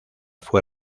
fue